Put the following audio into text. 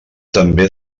també